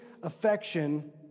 affection